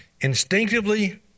instinctively